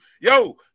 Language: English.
yo